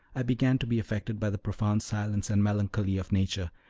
i began to be affected by the profounded silence and melancholy of nature,